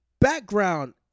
background